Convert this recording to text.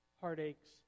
heartaches